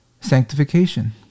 Sanctification